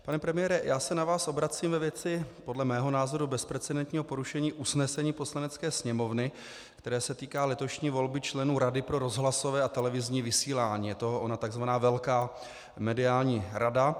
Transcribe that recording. Pane premiére, já se na vás obracím ve věci podle mého názoru bezprecedentního porušení usnesení Poslanecké sněmovny, které se týká letošní volby členů Rady pro rozhlasové a televizní vysílání, je to ona tzv. velká mediální rada.